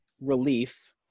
relief